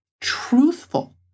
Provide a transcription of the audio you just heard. truthful